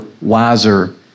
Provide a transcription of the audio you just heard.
wiser